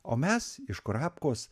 o mes iš kurapkos